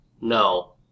no